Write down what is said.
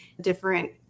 different